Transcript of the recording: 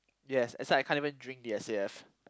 yes that's why I can't even drink the S_A_F